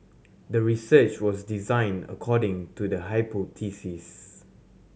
the research was designed according to the hypothesis